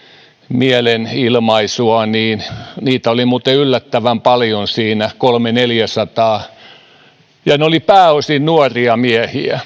mielenilmaisua heitä oli muuten yllättävän paljon siinä kolmesataa viiva neljäsataa ja he olivat pääosin nuoria miehiä